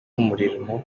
umurimo